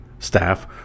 staff